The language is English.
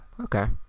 Okay